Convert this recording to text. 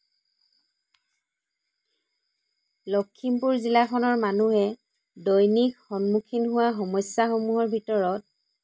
লখিমপুৰ জিলাখনৰ মানুহে দৈনিক সন্মুখীন হোৱা সমস্যাসমূহৰ ভিতৰত